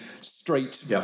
straight